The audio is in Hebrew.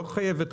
לא חייבת.